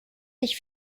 sich